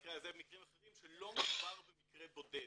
מהמקרה הזה וממקרים אחרים שלא מדובר במקרה בודד.